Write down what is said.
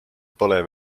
pole